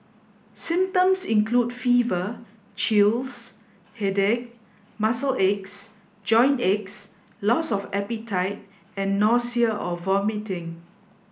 symptoms include fever chills headache muscle aches joint aches loss of appetite and nausea or vomiting